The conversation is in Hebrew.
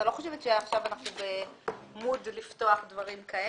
אני לא חושבת שעכשיו אנחנו במצב של לפתוח דברים כאלה.